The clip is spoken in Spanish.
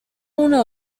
una